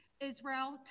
Israel